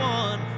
one